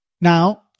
Now